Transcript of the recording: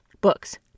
Books